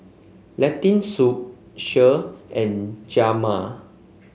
Lentil Soup Kheer and Jajma